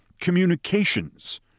communications